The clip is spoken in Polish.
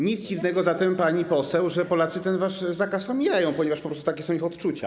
Nic dziwnego zatem, pani poseł, że Polacy ten wasz zakaz omijają, ponieważ po prostu takie są ich odczucia.